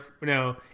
No